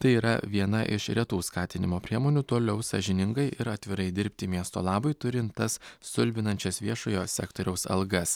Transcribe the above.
tai yra viena iš retų skatinimo priemonių toliau sąžiningai ir atvirai dirbti miesto labui turint tas stulbinančias viešojo sektoriaus algas